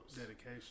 Dedication